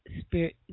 spirit